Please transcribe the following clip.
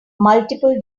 multiple